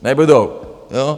Nebudou, jo?